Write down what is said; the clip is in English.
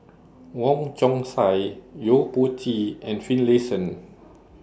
Wong Chong Sai Yo Po Tee and Finlayson